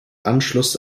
anschluss